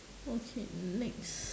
okay next